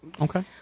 Okay